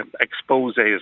exposes